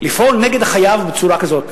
לפעול נגד החייב בצורה כזאת,